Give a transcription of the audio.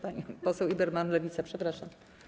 Pani poseł Ueberhan, Lewica, przepraszam.